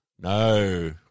No